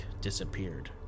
disappeared